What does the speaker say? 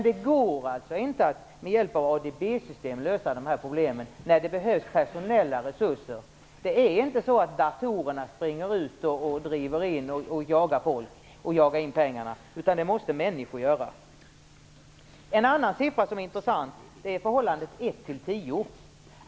Det går alltså inte att med hjälp av ADB-system lösa de här problemen, när det behövs personella resurser. Datorerna springer inte ut och jagar folk och driver in pengarna, det måste människor göra. En annan siffra som är intressant är förhållandet 1-10.